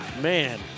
Man